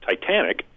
Titanic